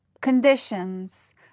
conditions